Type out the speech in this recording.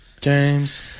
James